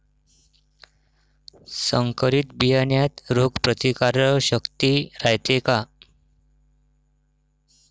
संकरित बियान्यात रोग प्रतिकारशक्ती रायते का?